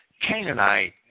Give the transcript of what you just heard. Canaanite